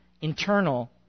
internal